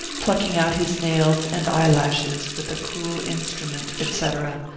plucking out his nails and eyelashes with a cruel instrument, etc,